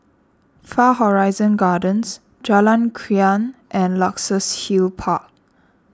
Far Horizon Gardens Jalan Krian and Luxus Hill Park